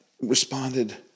responded